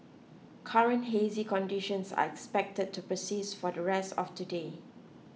current hazy conditions are expected to persist for the rest of today